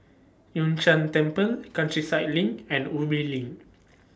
Yun Shan Temple Countryside LINK and Ubi LINK